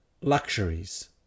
luxuries